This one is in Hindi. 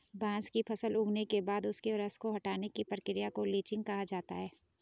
बांस की फसल उगने के बाद उसके रस को हटाने की प्रक्रिया को लीचिंग कहा जाता है